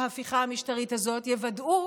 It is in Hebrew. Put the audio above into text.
ההפיכה המשטרית הזאת, יוודאו